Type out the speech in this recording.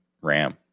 ram